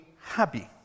happy